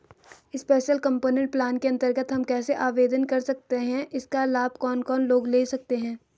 Special component plan के अन्तर्गत हम कैसे आवेदन कर सकते हैं इसका लाभ कौन कौन लोग ले सकते हैं?